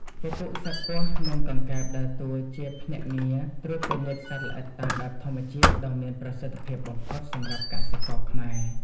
ពពួកសត្វពស់ និងកង្កែបដើរតួជាភ្នាក់ងារត្រួតពិនិត្យសត្វល្អិតតាមបែបធម្មជាតិដ៏មានប្រសិទ្ធភាពបំផុតសម្រាប់កសិករខ្មែរ។